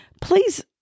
please